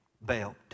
belt